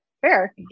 fair